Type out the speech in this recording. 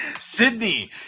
Sydney